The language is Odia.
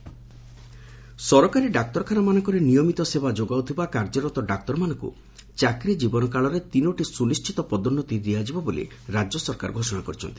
ଡାକ୍ତରମାନଙ୍କୁ ପଦୋନ୍ନତି ସରକାରୀ ଡାକ୍ତରଖାନାମାନଙ୍କରେ ନିୟମିତ ସେବା ଯୋଗାଉଥିବା କାର୍ଯ୍ୟରତ ଡାକ୍ତରମାନଙ୍କୁ ଚାକିରି ଜୀବନ କାଳରେ ତିନୋଟି ସୁନି ଦିଆଯିବ ବୋଲି ରାକ୍ୟ ସରକାର ଘୋଷଣା କରିଛନ୍ତି